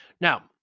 Now